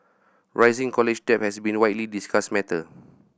rising college debt has been a widely discussed matter